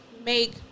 make